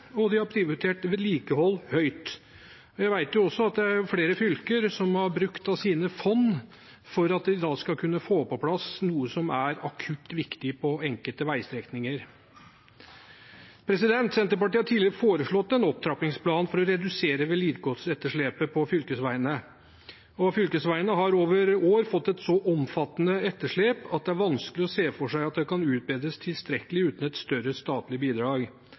2010. De har prioritert dette, og de har prioritert vedlikehold høyt. Jeg vet at det er flere fylker som har brukt av sine fond for at de skal kunne få på plass noe som er akutt viktig på enkelte veistrekninger. Senterpartiet har tidligere foreslått en opptrappingsplan for å redusere vedlikeholdsetterslepet på fylkesveiene. Fylkesveiene har over år fått et så omfattende etterslep at det er vanskelig å se for seg at det kan utbedres tilstrekkelig uten et større statlig bidrag.